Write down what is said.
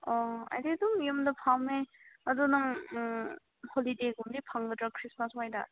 ꯑꯣ ꯑꯩꯗꯤ ꯑꯗꯨꯝ ꯌꯨꯝꯗ ꯐꯝꯃꯦ ꯑꯗꯨ ꯅꯪ ꯎꯝ ꯍꯣꯂꯤꯗꯦ ꯒꯨꯝꯕꯗꯤ ꯐꯪꯒꯗ꯭ꯔꯥ ꯈ꯭ꯔꯤꯁꯃꯥꯁ ꯋꯥꯏꯗ